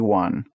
one